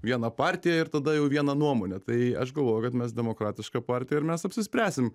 viena partija ir tada jau viena nuomonė tai aš galvoju kad mes demokratiška partija ir mes apsispręsim